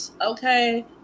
Okay